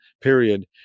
period